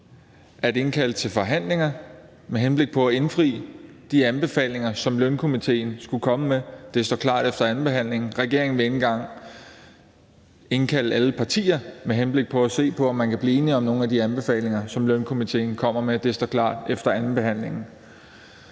at indkalde til forhandlinger med henblik på at indfri de anbefalinger, som lønstrukturkomitéen skulle komme med. Det står klart efter andenbehandlingen. Regeringen vil ikke engang indkalde alle partier med henblik på at se på, om man kan blive enige om nogle af de anbefalinger, som lønstrukturkomitéen kommer med. Det står klart efter andenbehandlingen.